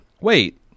wait